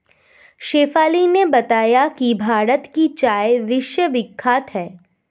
शेफाली ने बताया कि भारत की चाय विश्वविख्यात है